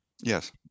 Yes